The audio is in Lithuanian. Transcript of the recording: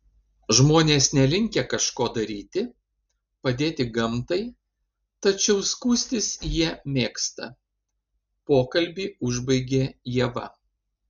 žmonės nelinkę kažko daryti padėti gamtai tačiau skųstis jie mėgsta pokalbį užbaigė ieva